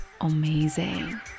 Amazing